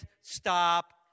stop